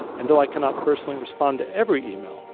and though i cannot personally respond to every email,